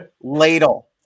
Ladle